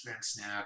Snap